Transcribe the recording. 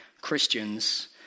Christians